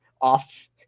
off